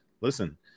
listen